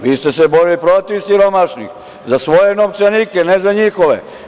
Vi ste se borili protiv siromašnih, za svoje novčanike, ne za njihove.